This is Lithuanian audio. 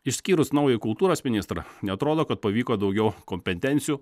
išskyrus naują kultūros ministrą neatrodo kad pavyko daugiau kompetencijų